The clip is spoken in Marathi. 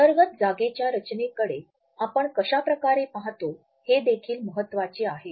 अंतर्गत जागेच्या रचनेकडे आपण कशाप्रकारे पाहतो हेदेखील महत्वाचे आहे